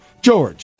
george